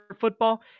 football